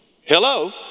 Hello